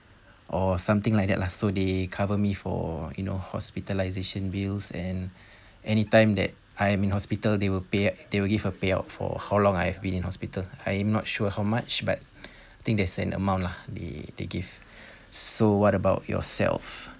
or something like that lah so they cover me for you know hospitalisation bills and anytime that I am in hospital they will pay they will give a payout for how long I've been in hospital I am not sure how much but think there's an amount lah they they give-- so what about yourself